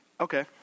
okay